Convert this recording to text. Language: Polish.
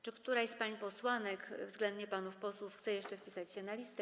Czy któraś z pań posłanek, względnie któryś z panów posłów chce jeszcze wpisać się na listę?